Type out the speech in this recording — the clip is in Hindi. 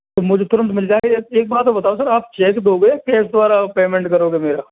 मुझे तुरंत मिल जाएगा एक एक बात तो बताओ सर आप चेक दोगे या केश द्वारा पेमेंट करोगे मेरा